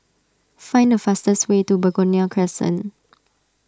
find the fastest way to Begonia Crescent